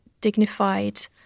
dignified